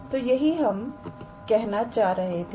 तो यही हम कहना चाह रहे थे